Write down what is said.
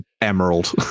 emerald